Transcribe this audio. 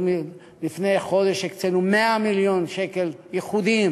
לפני חודש הקצינו 100 מיליון שקל ייחודיים